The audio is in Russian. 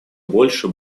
больше